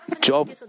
Job